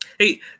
Hey